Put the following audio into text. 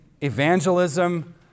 evangelism